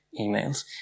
emails